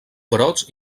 brots